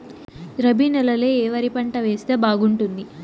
రబి నెలలో ఏ వరి పంట వేస్తే బాగుంటుంది